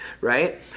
right